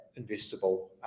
investable